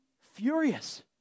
furious